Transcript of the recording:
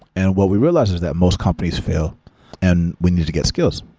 and what we realized is that most companies fail and we need to get skills,